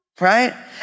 Right